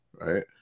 right